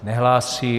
Nehlásí.